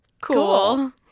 Cool